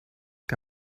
que